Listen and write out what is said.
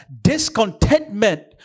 discontentment